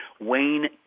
Wayne